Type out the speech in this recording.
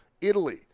Italy